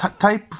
type